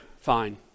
fine